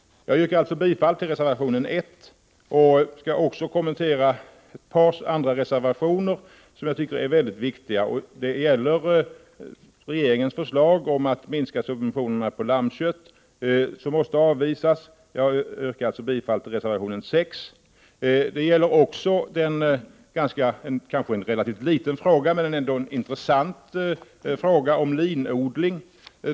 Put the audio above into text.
Jag yrkar bifall till reservation 1. Jag skall också kommentera ett par andra reservationer som jag tycker är väldigt viktiga. En av dem gäller regeringens förslag om att minska subventionerna på lammkött, vilket måste avvisas. Jag yrkar alltså bifall till reservationen 6. Det gäller också en relativt liten men intressant fråga, om linodling.